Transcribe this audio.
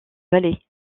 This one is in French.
vallée